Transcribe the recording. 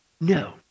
No